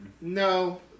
No